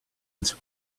with